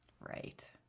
right